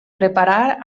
preparar